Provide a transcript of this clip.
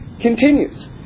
continues